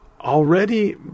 Already